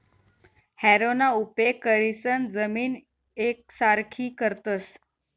हॅरोना उपेग करीसन जमीन येकसारखी करतस